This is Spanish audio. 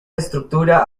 estructura